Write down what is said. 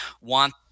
want